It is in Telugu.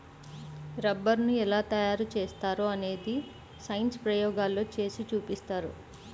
రబ్బరుని ఎలా తయారు చేస్తారో అనేది సైన్స్ ప్రయోగాల్లో చేసి చూపిస్తారు